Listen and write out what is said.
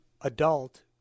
adult